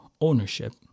ownership